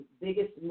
biggest